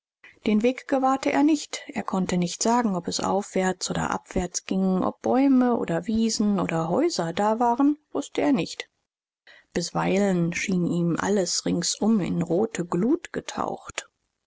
den weg gewahrte er nicht er konnte nicht sagen ob es aufwärts oder abwärts ging ob bäume oder wiesen oder häuser da waren wußte er nicht bisweilen schien ihm alles ringsum in rote glut getaucht